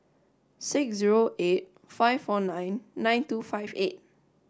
six zero eight five four nine nine two five eight